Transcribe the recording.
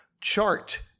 chart